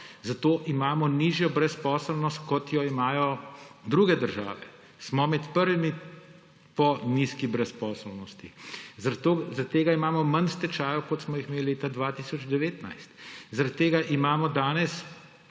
Zato imamo nižjo brezposelnost, kot jo imajo druge države. Smo med prvimi po nizki brezposelnosti. Zaradi tega imamo manj stečajev, kot smo jih imeli leta 2019. Zaradi tega imamo danes